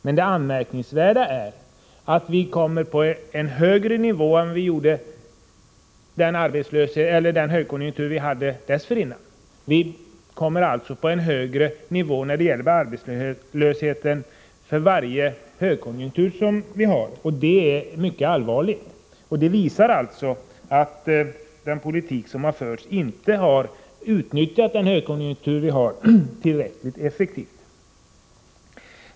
Men det anmärkningsvärda är att vi har en högre nivå än under den högkonjunktur som vi hade dessförinnan. Vi kommer alltså att ha en högre arbetslöshetsnivå för varje högkonjunktur som vi har, och det är mycket allvarligt. Detta visar alltså att den politik som förts inte har utnyttjat den högkonjunktur vi har tillräckligt effektivt.